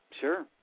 sure